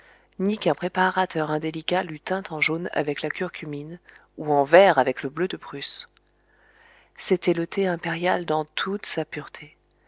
ni qu'un préparateur indélicat l'eût teint en jaune avec la curcumine ou en vert avec le bleu de prusse c'était le thé impérial dans toute sa pureté